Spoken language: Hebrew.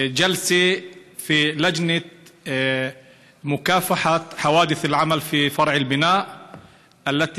ישיבה בוועדה למלחמה בתאונות עבודה בענף הבנייה.